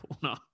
corner